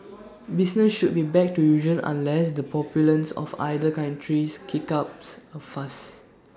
business should be back to usual unless the populace of either countries kicks ups A fuss